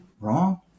wrong